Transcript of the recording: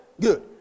Good